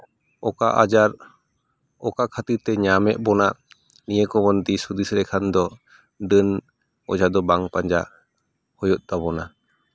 ᱚᱠᱟ ᱟᱡᱟᱨ ᱚᱠᱟ ᱠᱷᱟᱹᱛᱤᱨ ᱛᱮ ᱧᱟᱢᱮᱫ ᱵᱚᱱᱟ ᱱᱤᱭᱟᱹ ᱠᱚᱵᱚᱱ ᱫᱤᱥ ᱦᱩᱸᱫᱤᱥ ᱞᱮᱠᱷᱟᱱ ᱫᱚ ᱰᱟᱹᱱ ᱚᱡᱷᱟ ᱫᱚ ᱵᱟᱝ ᱯᱟᱸᱡᱟ ᱦᱩᱭᱩᱜ ᱛᱟᱵᱚᱱᱟ